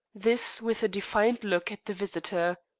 this with a defiant look at the visitor.